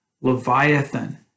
Leviathan